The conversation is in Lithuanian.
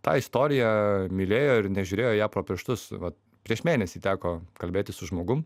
tą istoriją mylėjo ir nežiūrėjo į ją pro pirštus va prieš mėnesį teko kalbėtis su žmogum